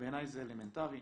בעיניי זה אלמנטרי.